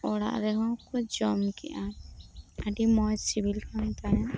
ᱚᱲᱟᱜ ᱨᱮᱦᱚᱸ ᱠᱚ ᱡᱚᱢ ᱠᱮᱫᱟ ᱟᱹᱰᱤ ᱢᱚᱸᱡᱽ ᱥᱤᱵᱤᱞ ᱠᱟᱱ ᱛᱟᱦᱮᱱᱟ